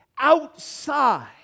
outside